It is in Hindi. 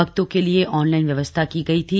भक्तों के लिए ऑनलाइन व्यवस्था की गई थी